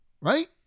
right